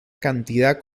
cantidad